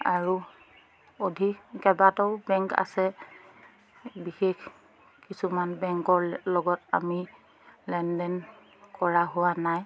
আৰু অধিক কেইবাটাও বেংক আছে বিশেষ কিছুমান বেংকৰ লগত আমি লেনদেন কৰা হোৱা নাই